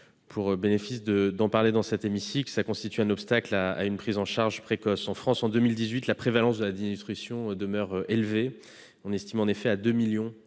aura permis d'en parler dans cet hémicycle. Elle constitue un obstacle à une prise en charge précoce. En France, en 2018, la prévalence de la dénutrition demeurait élevée. On estime en effet à 2 millions le